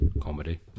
comedy